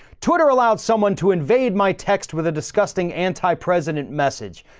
twitter allows someone to invade my text with a disgusting anti president message.